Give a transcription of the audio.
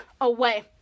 away